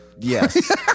Yes